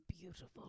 beautiful